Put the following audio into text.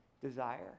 desire